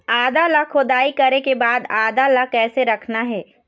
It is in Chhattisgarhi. आदा ला खोदाई करे के बाद आदा ला कैसे रखना हे?